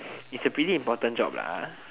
is a pretty important job